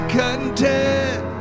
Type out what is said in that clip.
content